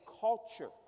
culture